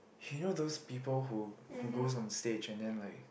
he know those people who who goes on stage and then like